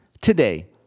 Today